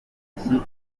gaheshyi